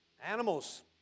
Animals